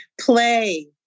play